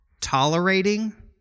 tolerating